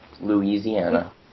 Louisiana